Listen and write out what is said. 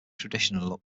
tradition